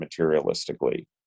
materialistically